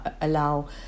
allow